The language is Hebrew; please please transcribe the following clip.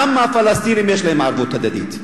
גם הפלסטינים יש להם ערבות הדדית.